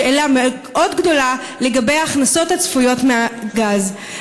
שאלה מאוד גדולה לגבי ההכנסות הצפויות מהגז.